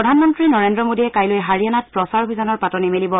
প্ৰধানমন্ত্ৰী নৰেদ্ৰ মোদীয়ে কাইলৈ হাৰিয়ানাত প্ৰচাৰ অভিযানৰ পাতনি মেলিব